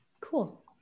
Cool